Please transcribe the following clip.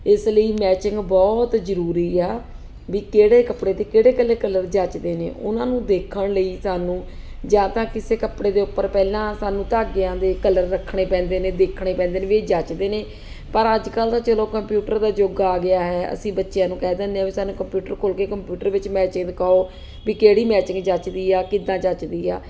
ਇਸ ਲਈ ਮੈਚਿੰਗ ਬਹੁਤ ਜ਼ਰੂਰੀ ਆ ਵੀ ਕਿਹੜੇ ਕੱਪੜੇ 'ਤੇ ਕਿਹੜੇ ਕਿਹੜੇ ਕਲਰ ਜਚਦੇ ਨੇ ਉਹਨਾਂ ਨੂੰ ਦੇਖਣ ਲਈ ਸਾਨੂੰ ਜਾਂ ਤਾਂ ਕਿਸੇ ਕੱਪੜੇ ਦੇ ਉੱਪਰ ਪਹਿਲਾਂ ਸਾਨੂੰ ਧਾਗਿਆਂ ਦੇ ਕਲਰ ਰੱਖਣੇ ਪੈਂਦੇ ਨੇ ਦੇਖਣੇ ਪੈਂਦੇ ਨੇ ਵੀ ਇਹ ਜਚਦੇ ਨੇ ਪਰ ਅੱਜ ਕੱਲ੍ਹ ਦਾ ਚਲੋ ਕੰਪਿਊਟਰ ਦਾ ਯੁੱਗ ਆ ਗਿਆ ਹੈ ਅਸੀਂ ਬੱਚਿਆਂ ਨੂੰ ਕਹਿ ਦਿੰਨੇ ਆ ਸਾਨੂੰ ਕੰਪਿਊਟਰ ਖੋਲ ਕੇ ਕੰਪਿਊਟਰ ਵਿੱਚ ਮੈਚਿੰਗ ਦਿਖਾਓ ਵੀ ਕਿਹੜੀ ਮੈਚਿੰਗ ਜਚਦੀ ਆ ਕਿੱਦਾਂ ਜਚਦੀ ਆ